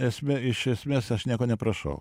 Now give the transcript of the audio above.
esme iš esmės aš nieko neprašau